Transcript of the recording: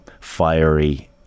fiery